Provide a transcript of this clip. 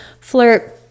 flirt